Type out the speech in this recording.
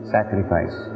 Sacrifice